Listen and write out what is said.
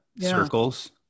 circles